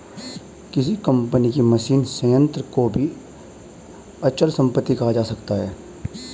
किसी कंपनी के मशीनी संयंत्र को भी अचल संपत्ति कहा जा सकता है